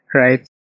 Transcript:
right